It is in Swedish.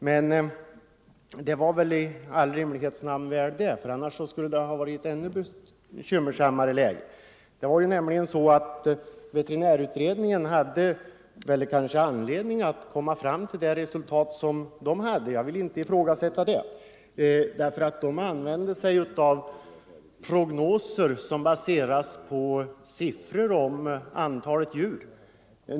Men det var i all rimlighets namn väl det, för annars skulle det ha varit ett ännu bekymmersammare läge. Veterinärutredningen hade kanske anledning att komma fram till det resultat som den redovisade — jag vill inte ifrågasätta det. Utredningen använde prognoser som baseras på siffror om antalet djur.